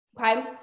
Okay